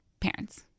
parents